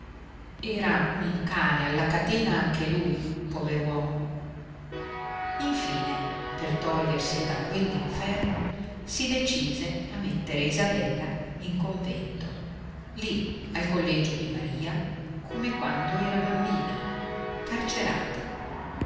era un cane alla catena anche lui pover'uomo infine per togliersi da quell'inferno si decise a mettere isabella in convento lì al collegio di maria come quando era bambina carcerata